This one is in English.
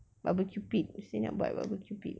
barbecue pit still nak buat barbecue pit